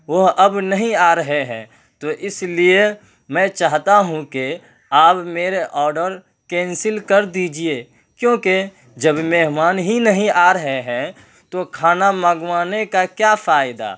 وہ اب نہیں آ رہے ہیں تو اس لیے میں چاہتا ہوں کہ آپ میرے آرڈر کینسل کر دیجیے کیونکہ جب مہمان ہی نہیں آ رہے ہیں تو کھانا منگوانے کا کیا فائدہ